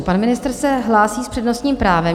Pan ministr se hlásí s přednostním právem.